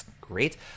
Great